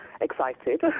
excited